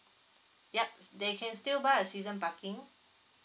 yup they can still buy a season parking